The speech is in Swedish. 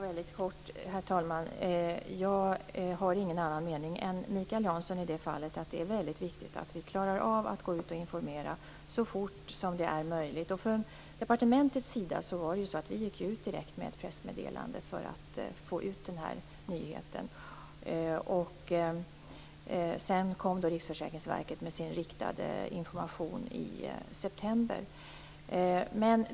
Herr talman! Jag har ingen annan mening än Mikael Janson i fråga om att det är väldigt viktigt att vi klarar av att gå ut och informera så fort som det är möjligt. Från departementets sida gick vi ut direkt med ett pressmeddelande för att få ut denna nyhet. Sedan kom Riksförsäkringsverket med sin riktade information i september.